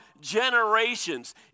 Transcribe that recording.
generations